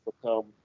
become